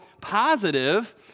positive